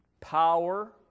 power